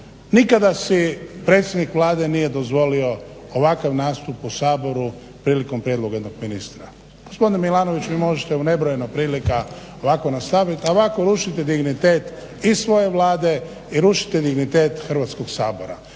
nikada si predsjednik Vlade nije dozvolio ovakav nastup u Saboru prilikom prijedloga jednog ministra. Gospodine Milanoviću vi možete u nebrojeno prilika ovako nastavit, a ovako rušite dignitet i svoje Vlade i rušite dignitet Hrvatskog sabora.